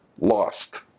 Lost